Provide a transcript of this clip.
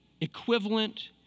equivalent